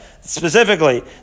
specifically